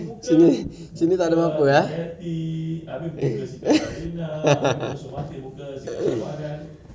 sini sini takda apa-apa eh